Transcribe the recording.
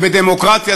ובדמוקרטיה,